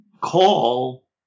call